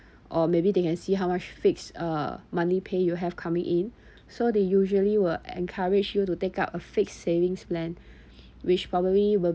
or maybe they can see how much fixed uh monthly pay you have coming in so they usually will encourage you to take up a fixed savings plan which probably will